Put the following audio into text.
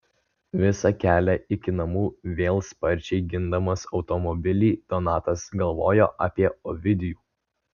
visą kelią iki namų vėl sparčiai gindamas automobilį donatas galvojo apie ovidijų